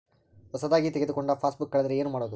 ಹೊಸದಾಗಿ ತೆಗೆದುಕೊಂಡ ಪಾಸ್ಬುಕ್ ಕಳೆದರೆ ಏನು ಮಾಡೋದು?